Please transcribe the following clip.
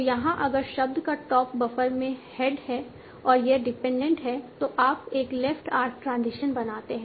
तो यहाँ अगर शब्द का टॉप बफर में हेड है और यह डिपेंडेंट है तो आप एक लेफ्ट आर्क ट्रांजिशन बनाते हैं